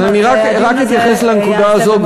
אז רק אתייחס לנקודה הזאת,